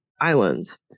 islands